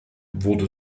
wurde